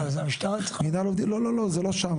לא, לא, זה לא שם.